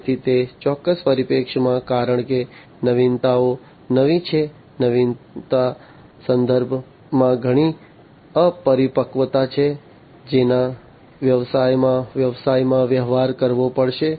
તેથી તે ચોક્કસ પરિપ્રેક્ષ્યમાં કારણ કે નવીનતાઓ નવી છે નવીનતાના સંદર્ભમાં ઘણી અપરિપક્વતા છે જેનો વ્યવસાયમાં વ્યવસાયમાં વ્યવહાર કરવો પડશે